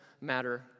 matter